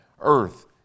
earth